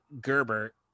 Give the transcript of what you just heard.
Gerbert